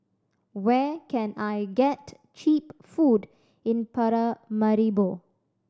where can I get cheap food in Paramaribo